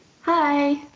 Hi